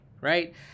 right